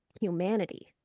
humanity